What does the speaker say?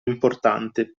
importante